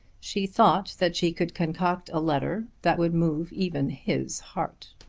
she thought that she could concoct a letter that would move even his heart.